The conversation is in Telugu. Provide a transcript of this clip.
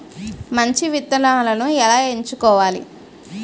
మంచి విత్తనాలను ఎలా ఎంచుకోవాలి?